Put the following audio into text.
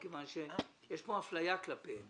מכיוון שיש פה אפליה כלפיהם